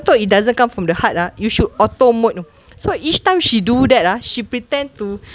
though it doesn't come from the heart ah you should auto mode you know so each time she do that ah she pretend to